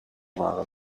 waren